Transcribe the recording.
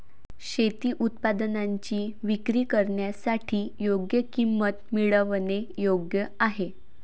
शेती उत्पादनांची विक्री करण्यासाठी योग्य किंमत मिळवणे योग्य आहे